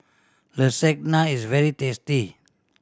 lasagna is very tasty